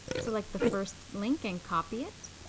select the first link and copy it.